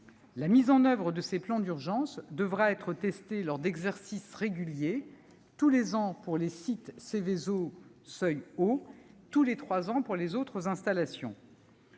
La mise en oeuvre de ces plans d'urgence devra être testée lors d'exercices réguliers : tous les ans pour les sites Seveso seuil haut ; tous les trois ans pour les autres installations.